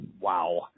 wow